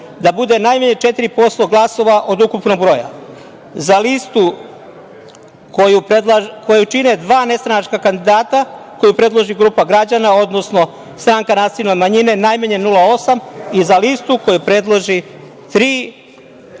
da bude najmanje 4% glasova od ukupnog broja. Za listu koju čine dva nestranačka kandidata, a koju predloži grupa građana, odnosno stranka nacionalne manjine, najmanje 0,8 i za listu koja predloži tri